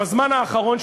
בזמן האחרון,